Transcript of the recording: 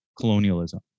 colonialism